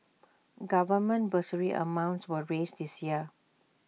government bursary amounts were raised this year